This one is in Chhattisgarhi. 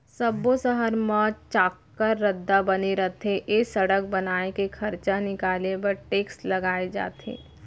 सब्बो सहर मन म चाक्कर रद्दा बने रथे ए सड़क बनाए के खरचा निकाले बर टेक्स लगाए जाथे